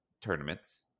tournaments